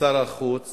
משר החוץ